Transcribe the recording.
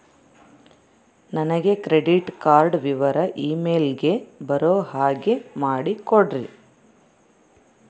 ನನಗೆ credit card ವಿವರ email ಗೆ ಬರೋ ಹಾಗೆ ಮಾಡಿಕೊಡ್ರಿ?